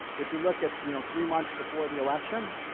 if you look at you know three months before the election,